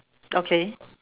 okay